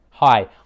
Hi